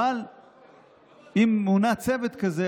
אבל אם מונה צוות כזה,